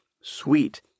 sweet